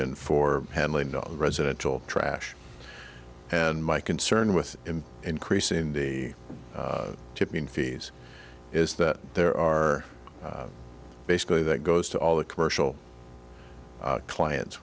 in for handling residential trash and my concern with increasing the shipping fees is that there are basically that goes to all the commercial clients